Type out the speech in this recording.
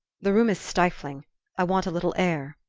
the room is stifling i want a little air.